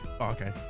Okay